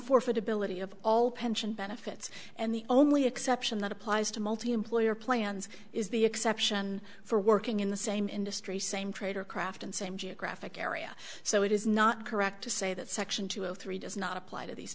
forfeit ability of all pension benefits and the only exception that applies to multiemployer plans is the exception for working in the same industry same trade or craft and same geographic area so it is not correct to say that section two hundred three does not apply to these